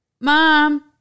mom